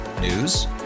News